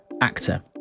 actor